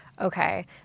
Okay